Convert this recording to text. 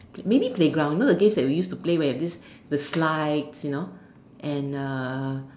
maybe playground you know the games that we used to play where we have these the slides you know and the